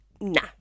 Nah